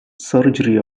surgery